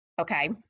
Okay